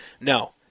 No